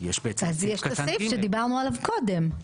אז יש את הסעיף שדיברנו עליו קודם.